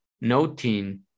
noting